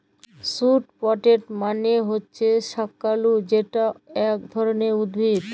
sweet potato মালে হছে শাঁকালু যেট ইক ধরলের উদ্ভিদ